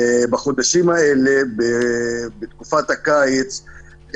בחודשים האלה בתקופת הקיץ,